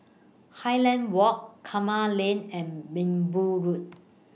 Highland Walk Kramat Lane and Minbu Road